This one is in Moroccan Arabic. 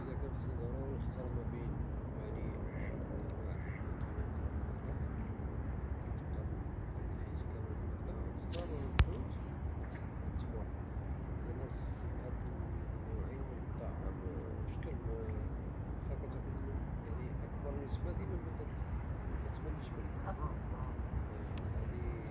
إذا كان ضروري أنني نختار بين جوج د الأنواع د المكلة لي نقدر ناكلها، لي نبقى حياتي كاملة كناكلها، كنختار الحوت والتمر لأن هد الجوج د الأنواع الطعام وخا كتاكل منهم أكبر نسبة دايما مكتملش منهوم، وهذه